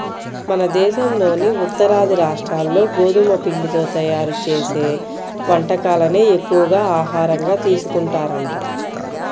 మన దేశంలోని ఉత్తరాది రాష్ట్రాల్లో గోధుమ పిండితో తయ్యారు చేసే వంటకాలనే ఎక్కువగా ఆహారంగా తీసుకుంటారంట